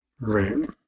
Right